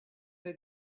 they